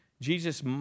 Jesus